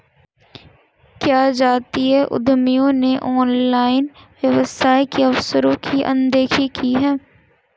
क्या जातीय उद्यमियों ने ऑनलाइन व्यवसाय के अवसरों की अनदेखी की है?